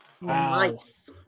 Nice